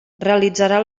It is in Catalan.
realitzarà